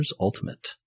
Ultimate